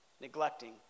neglecting